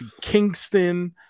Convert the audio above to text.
Kingston